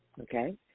Okay